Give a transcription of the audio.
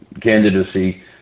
candidacy